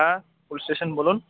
হ্যাঁ police station বলুন